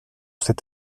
cet